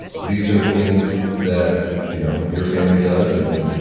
these are things that you know your family does, and